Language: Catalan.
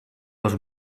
los